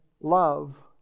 Love